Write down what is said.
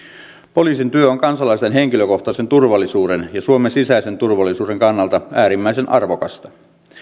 poliisin työ on kansalaisen henkilökohtaisen turvallisuuden ja suomen sisäisen turvallisuuden kannalta äärimmäisen arvokasta